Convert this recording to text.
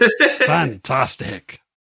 fantastic